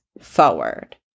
forward